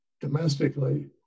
domestically